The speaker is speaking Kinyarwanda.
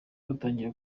rutangiye